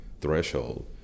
threshold